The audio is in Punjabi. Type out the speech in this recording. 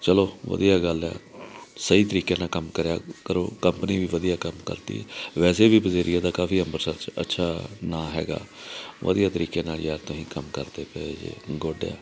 ਚਲੋ ਵਧੀਆ ਗੱਲ ਹੈ ਸਹੀ ਤਰੀਕੇ ਨਾਲ ਕੰਮ ਕਰਿਆ ਕਰੋ ਕੰਪਨੀ ਵੀ ਵਧੀਆ ਕੰਮ ਕਰਦੀ ਹੈ ਵੈਸੇ ਵੀ ਪਜ਼ੀਰੀਆ ਦਾ ਕਾਫੀ ਅੰਮ੍ਰਿਤਸਰ 'ਚ ਅੱਛਾ ਨਾਂ ਹੈਗਾ ਵਧੀਆ ਤਰੀਕੇ ਨਾਲ ਯਾਰ ਤੁਸੀਂ ਕੰਮ ਕਰਦੇ ਪਏ ਜੇ ਗੁੱਡ ਆ